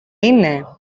είναι